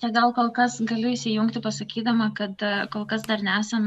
na gal kol kas galiu įsijungti pasakydama kad kol kas dar nesam